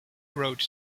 road